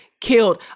killed